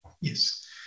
Yes